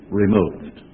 removed